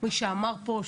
מי שאמר פה,